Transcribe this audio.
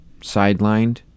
sidelined